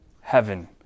heaven